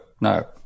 no